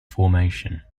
formation